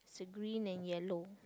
the green and yellow